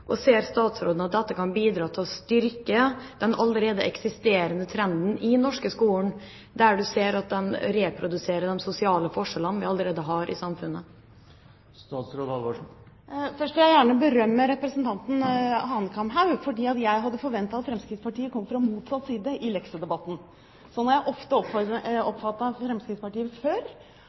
Ser statsråden at dette kan bidra til å styrke den allerede eksisterende trenden i den norske skolen, der man ser at man reproduserer de sosiale forskjellene vi allerede har i samfunnet? Først vil jeg gjerne berømme representanten Hanekamhaug, for jeg hadde forventet at Fremskrittspartiet kom fra motsatt side i leksedebatten. Slik har jeg ofte oppfattet Fremskrittspartiet før,